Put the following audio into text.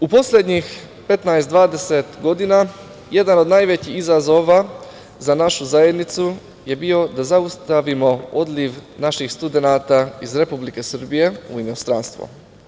U poslednjih 15, 20 godina jedan od najvećih izazova za našu zajednicu je bio da zaustavimo odliv naših studenata iz Republike Srbije u inostranstvo.